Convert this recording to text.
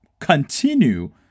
continue